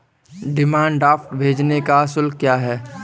Demand draft भेजने का शुल्क क्या है?